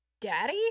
Daddy